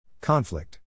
Conflict